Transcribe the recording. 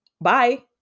bye